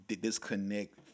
disconnect